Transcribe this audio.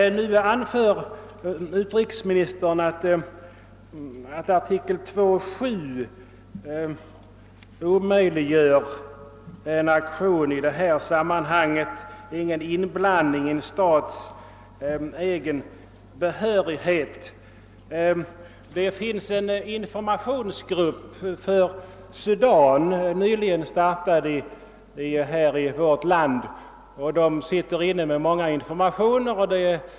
Utrikesministern anför ju att artikel 2: 7 omöjliggör en aktion i detta sammanhang, eftersom enligt stadgan ingen inblandning får förekomma i en stats inre angelägenheter. En informationsgrupp för Sudan har nyligen startats i vårt land, och den sitter inne med många informationer.